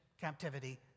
captivity